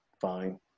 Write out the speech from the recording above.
fine